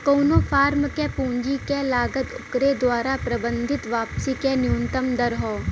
कउनो फर्म क पूंजी क लागत ओकरे द्वारा प्रबंधित वापसी क न्यूनतम दर हौ